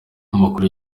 amakuru